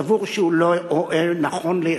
סבור שהוא לא רואה לנכון לייצג,